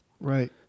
Right